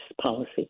policy